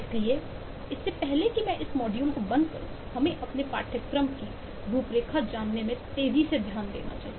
इसलिए इससे पहले कि मैं इस मॉड्यूल को बंद करूँ हमें अपने पाठ्यक्रम के पाठ्यक्रम की रूपरेखा जानने में तेज़ी से ध्यान देना चाहिए